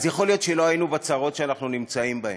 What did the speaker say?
אז יכול להיות שלא היינו בצרות שאנחנו נמצאים בהן,